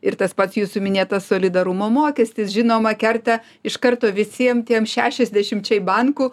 ir tas pats jūsų minėtas solidarumo mokestis žinoma kerta iš karto visiem tiem šešiasdešimčiai bankų